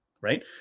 right